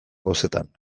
bozetan